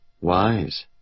Wise